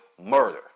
murder